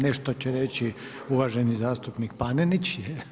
Nešto će reći uvaženi zastupnik Panenić.